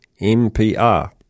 MPR